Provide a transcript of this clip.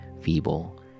feeble